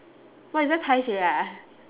!wah! you very paiseh ah